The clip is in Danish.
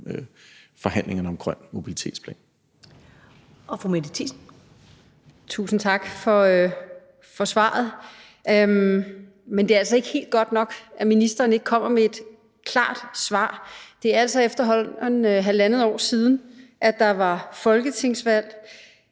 (Karen Ellemann): Spørgeren. Kl. 16:31 Mette Thiesen (NB): Tusind tak for svaret. Men det er altså ikke helt godt nok, at ministeren ikke kommer med et klart svar. Det er efterhånden halvandet år siden, at der var folketingsvalg,